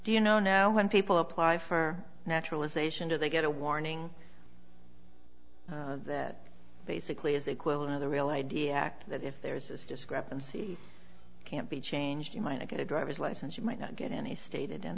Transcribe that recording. do you know now when people apply for naturalization do they get a warning that basically is the equivalent of the real i d act that if there is this discrepancy can't be changed you might not get a driver's license you might not get any stated